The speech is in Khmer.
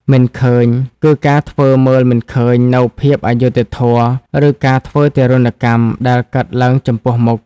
«មិនឃើញ» គឺការធ្វើមើលមិនឃើញនូវភាពអយុត្តិធម៌ ឬការធ្វើទារុណកម្មដែលកើតឡើងចំពោះមុខ។